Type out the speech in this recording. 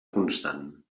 constant